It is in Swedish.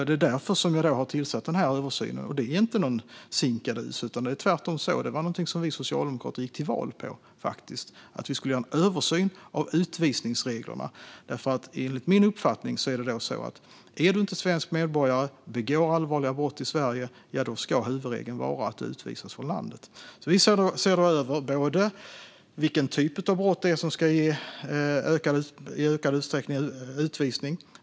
Det är därför jag har tillsatt översynen. Det är inte någon sinkadus, utan tvärtom gick vi till val på att göra en översyn av utvisningsreglerna. Min uppfattning är att om du inte är svensk medborgare och begår allvarliga brott i Sverige ska huvudregeln vara att du utvisas från landet. Vi ser över vilken typ av brott som i ökad utsträckning ska leda till utvisning.